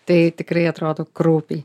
tai tikrai atrodo kraupiai